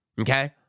Okay